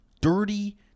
dirty